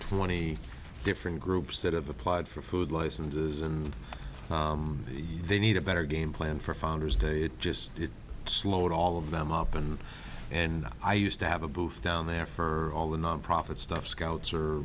twenty different groups that have applied for food licenses and they need a better game plan for founders day it just slowed all of them up and and i used to have a booth down there for all the nonprofit stuff scouts or